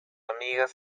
amigas